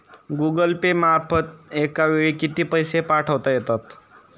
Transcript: Google Pay मार्फत एका वेळी किती पैसे पाठवता येतात?